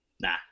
nah